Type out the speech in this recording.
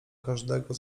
każdego